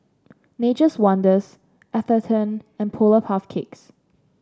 Nature's Wonders Atherton and Polar Puff Cakes